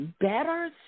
better